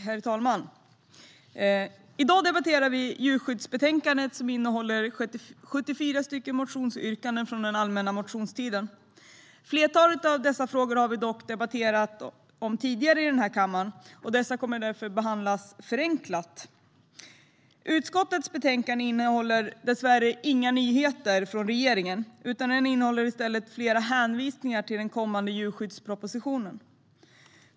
Herr talman! I dag debatterar vi djurskyddsbetänkandet. Det innehåller 74 motionsyrkanden från allmänna motionstiden. Ett flertal av dessa frågor har vi dock debatterat tidigare i kammaren, så de kommer därför att behandlas förenklat. Utskottets betänkande innehåller dessvärre inga nyheter från regeringen. I stället innehåller det flera hänvisningar till den kommande djurskyddspropositionen.